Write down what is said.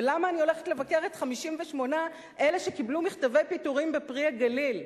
ולמה אני הולכת לבקר את 58 אלה שקיבלו מכתבי פיטורין ב"פרי הגליל".